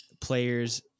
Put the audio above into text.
players